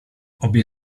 obie